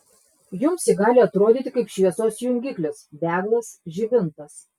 jums ji gali atrodyti kaip šviesos jungiklis deglas žibintas